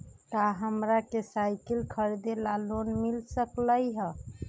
का हमरा के साईकिल खरीदे ला लोन मिल सकलई ह?